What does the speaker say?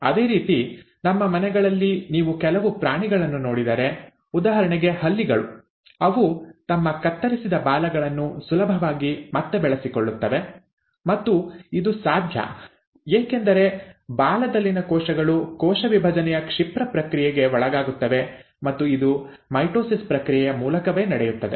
ಅದೇ ರೀತಿ ನಮ್ಮ ಮನೆಗಳಲ್ಲಿ ನೀವು ಕೆಲವು ಪ್ರಾಣಿಗಳನ್ನು ನೋಡಿದರೆ ಉದಾಹರಣೆಗೆ ಹಲ್ಲಿಗಳು ಅವು ತಮ್ಮ ಕತ್ತರಿಸಿದ ಬಾಲಗಳನ್ನು ಸುಲಭವಾಗಿ ಮತ್ತೆ ಬೆಳೆಸಿಕೊಳ್ಳುತ್ತವೆ ಮತ್ತು ಇದು ಸಾಧ್ಯ ಏಕೆಂದರೆ ಬಾಲದಲ್ಲಿನ ಕೋಶಗಳು ಕೋಶ ವಿಭಜನೆಯ ಕ್ಷಿಪ್ರ ಪ್ರಕ್ರಿಯೆಗೆ ಒಳಗಾಗುತ್ತವೆ ಮತ್ತು ಇದು ಮೈಟೊಸಿಸ್ ಪ್ರಕ್ರಿಯೆಯ ಮೂಲಕವೇ ನಡೆಯುತ್ತದೆ